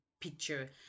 picture